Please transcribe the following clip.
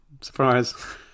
surprise